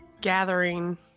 gathering